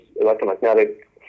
electromagnetic